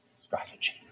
strategy